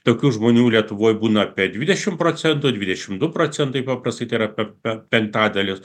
tokių žmonių lietuvoje būna apiedvidešimt procentų dvidešimt du procentai paprastai tai yra penktadalis